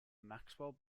maxwell